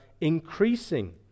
increasing